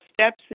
steps